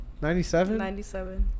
97